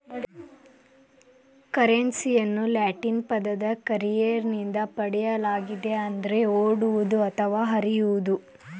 ಕರೆನ್ಸಿಯನ್ನು ಲ್ಯಾಟಿನ್ ಪದ ಕರ್ರೆರೆ ನಿಂದ ಪಡೆಯಲಾಗಿದೆ ಅಂದರೆ ಓಡುವುದು ಅಥವಾ ಹರಿಯುವುದು